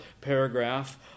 paragraph